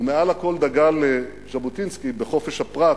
ומעל הכול דגל ז'בוטינסקי בחופש הפרט,